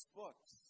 books